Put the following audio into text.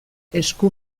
esku